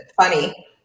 funny